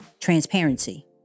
transparency